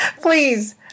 please